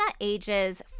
ages